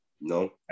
No